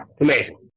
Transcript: Amazing